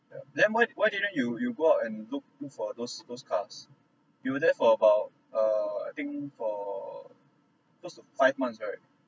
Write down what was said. yeah then why why didn't you you go out and look look for those those cars you were there for about err I think for close to five months right